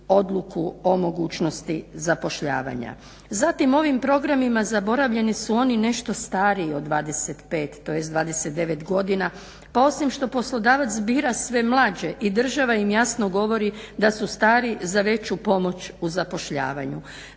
odluku o mogućnosti zapošljavanja. Zatim ovim programima zaboravljeni su oni nešto stariji od 25, tj. 29 godina pa osim što poslodavac bira sve mlađe i država im jasno govori da su stari za veću pomoć u zapošljavanju.